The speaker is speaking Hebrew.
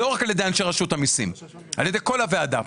לא רק על ידי אנשי רשות המיסים אלא על ידי כל חברי הוועדה.